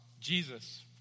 Jesus